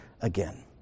again